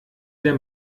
der